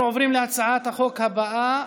אנחנו עוברים להצעת החוק הבאה,